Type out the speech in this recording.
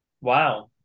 wow